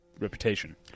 reputation